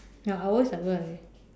ya I always like that